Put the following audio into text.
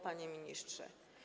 Panie Ministrze!